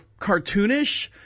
cartoonish